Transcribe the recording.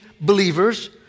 believers